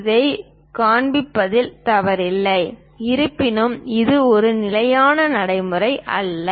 இதைக் காண்பிப்பதில் தவறில்லை இருப்பினும் இது ஒரு நிலையான நடைமுறை அல்ல